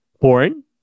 Porn